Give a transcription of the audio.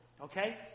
Okay